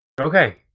Okay